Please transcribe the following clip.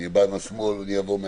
אני בא מצד שמאל או מהאמצע,